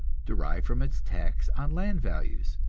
derived from its tax on land values.